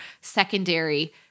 secondary